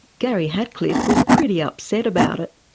gary hatcliffe was pretty upset about it.